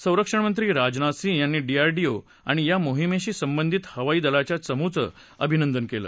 संरक्षणमंत्री राजनाथ सिंह यांनी डीआरडीओ आणि या मोहिमेशी संबंधित हवाई दलाच्या चमूचं अभिनंदन केलं